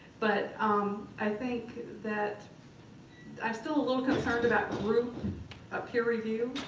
but um i think that i'm still a little concerned about group ah peer review.